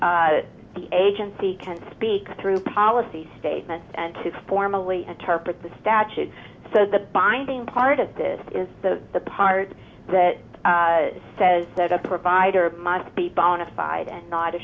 that the agency can speak through policy statement and to formally interpret the statute so the binding part of this is the part that says that a provider must be bona fide and not a